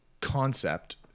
concept